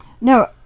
no